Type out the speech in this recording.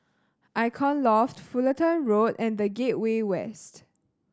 Icon Loft Fullerton Road and The Gateway West